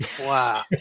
Wow